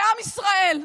לעם ישראל,